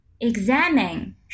Examine